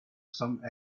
some